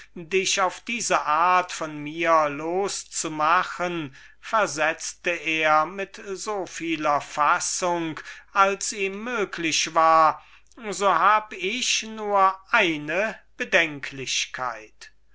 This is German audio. dich auf diese art von mir los zu machen versetzte er mit so vieler fassung als ihm möglich war so hab ich nur eine bedenklichkeit